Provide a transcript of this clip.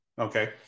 Okay